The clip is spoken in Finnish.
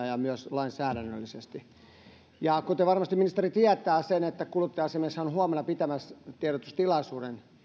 ja myös lainsäädännöllisesti useita muitakin toimia kuten varmasti ministeri tietää kuluttaja asiamieshän on huomenna pitämässä tiedotustilaisuuden